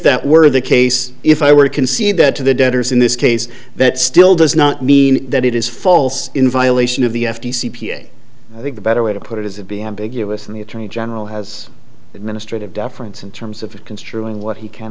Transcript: that were the case if i were to concede that to the debtors in this case that still does not mean that it is false in violation of the f t c i think the better way to put it is it being ambiguous and the attorney general has administrative deference in terms of construing what he can